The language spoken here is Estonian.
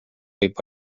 võib